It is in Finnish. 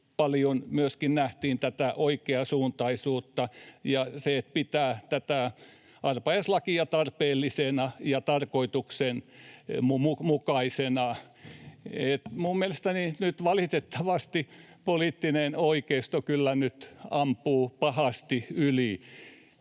paljon nähtiin tätä oikeansuuntaisuutta, ja sekin pitää tätä arpajaislakia tarpeellisena ja tarkoituksenmukaisena. Minun mielestäni nyt valitettavasti poliittinen oikeisto kyllä ampuu pahasti yli.